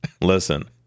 listen